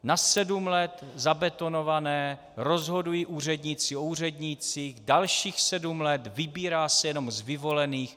Na sedm let zabetonované, rozhodují úředníci o úřednících, dalších sedm let, vybírá se jenom z vyvolených.